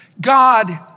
God